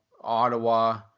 Ottawa